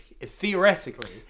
theoretically